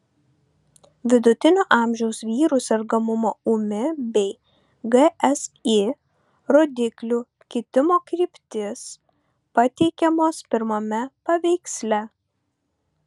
vidutinio amžiaus vyrų sergamumo ūmi bei gsi rodiklių kitimo kryptys pateikiamos pirmame paveiksle